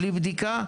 בלי בדיקה,